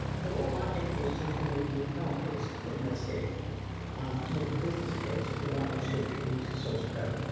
the role of my paper was essentially to make the internal case at netscape, ah to make the business case for why netscape should release its source code.